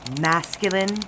masculine